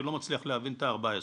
אני לא מצליח להבין את ה-14,